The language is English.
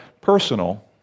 personal